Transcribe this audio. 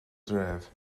dref